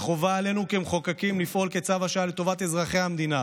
חובה עלינו כמחוקקים לפעול כצו השעה לטובת אזרחי המדינה.